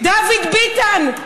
דוד ביטן,